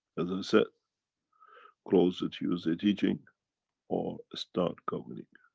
as i said close the tuesday teaching or start governing.